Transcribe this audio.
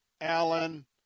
Allen